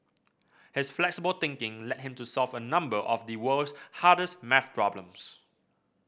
his flexible thinking led him to solve a number of the world's hardest maths problems